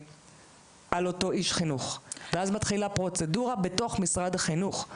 על אותו איש חינוך ואז מתחילה פרוצדורה בתוך משרד החינוך.